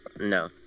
No